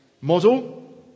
model